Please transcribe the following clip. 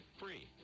free